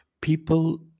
People